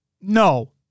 no